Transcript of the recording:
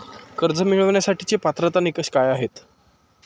कर्ज मिळवण्यासाठीचे पात्रता निकष काय आहेत?